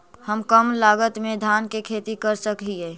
हम कम लागत में धान के खेती कर सकहिय?